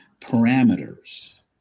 parameters